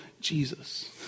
Jesus